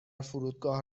فرودگاه